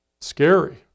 Scary